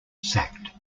sacked